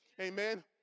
Amen